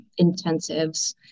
intensives